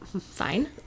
fine